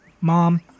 Mom